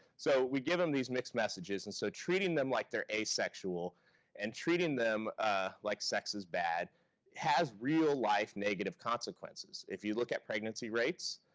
so we give them these mixed messages, and so treating them like they're asexual and treating them like sex is bad has real-life negative consequences. if you look at pregnancy rates,